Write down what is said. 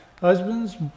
husbands